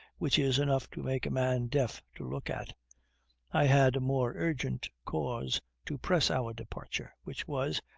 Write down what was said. which is enough to make a man deaf to look at i had a more urgent cause to press our departure, which was,